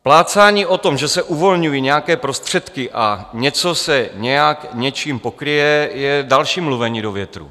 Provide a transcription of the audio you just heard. Plácání o tom, že se uvolňují nějaké prostředky a něco se nějak něčím pokryje, je další mluvení do větru.